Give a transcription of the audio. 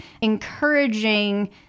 encouraging